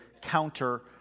counter